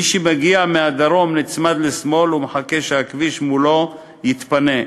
מי שמגיע מהדרום נצמד לשמאל ומחכה שהכביש מולו יתפנה,